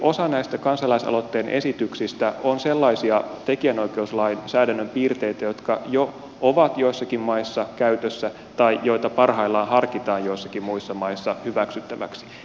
osa näistä kansalaisaloitteen esityksistä on sellaisia tekijänoikeuslainsäädännön piirteitä jotka jo ovat joissakin maissa käytössä tai joita parhaillaan harkitaan joissakin muissa maissa hyväksyttäviksi